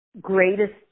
greatest